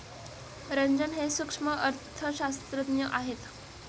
रंजन हे सूक्ष्म अर्थशास्त्रज्ञ आहेत